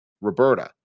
Roberta